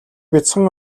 бяцхан